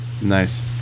Nice